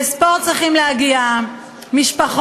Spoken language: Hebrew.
לספורט צריכים להגיע משפחות,